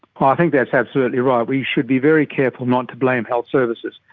i think that's absolutely right, we should be very careful not to blame health services.